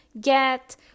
get